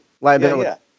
Liability